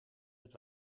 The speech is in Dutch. het